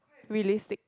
realistic